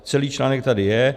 Celý článek tady je.